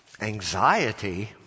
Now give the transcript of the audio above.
Anxiety